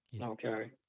Okay